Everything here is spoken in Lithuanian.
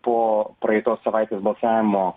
po praeitos savaitės balsavimo